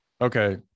Okay